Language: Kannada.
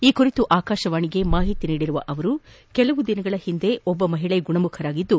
ಈ ಕುರಿತು ಆಕಾಶವಾಣಿಗೆ ಮಾಹಿತಿ ನೀಡಿರುವ ಅವರು ಕೆಲವು ದಿನಗಳ ಹಿಂದೆ ಒಬ್ಬ ಮಹಿಳೆ ಗುಣಮುಖರಾಗಿದ್ದು